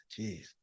jeez